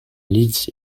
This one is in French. leeds